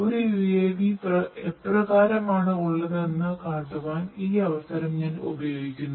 ഒരു UAV എപ്രകാരമാണ് ഉള്ളതെന്ന് കാട്ടുവാൻ ഈ അവസരം ഞാൻ ഉപയോഗിക്കുന്നു